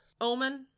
omen